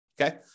Okay